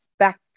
back